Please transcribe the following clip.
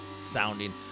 sounding